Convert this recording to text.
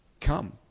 come